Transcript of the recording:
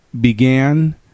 began